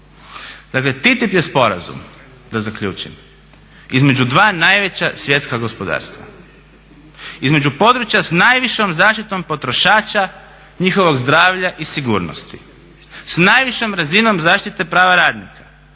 Dakle TTIP je sporazum, da zaključim, između dva najveća svjetska gospodarstva, između područja s najvišom zaštitom potrošača, njihovog zdravlja i sigurnosti, s najvišom razinom zaštite prava radnika,